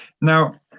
Now